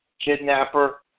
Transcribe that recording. kidnapper